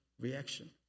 reaction